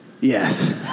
Yes